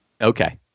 Okay